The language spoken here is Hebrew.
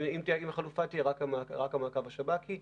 אם החלופה תהיה רק המעקב השב"כי.